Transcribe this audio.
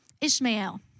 Ishmael